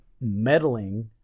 meddling